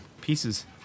pieces